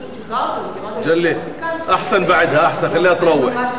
ופשוט שחררתי אותו, בהתייעצות קצרה